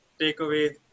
takeaway